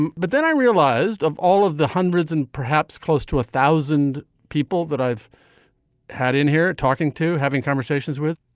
and but then i realized of all of the hundreds and perhaps close to a thousand people that i've had in here talking to having conversations with,